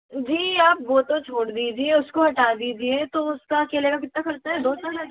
जी आप वो तो छोड़ दीजिए उसको हटा दीजिए तो उसका अकेले का कितना ख़र्चा है दो चार हज़ार